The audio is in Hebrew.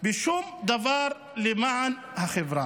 בשום דבר למען החברה.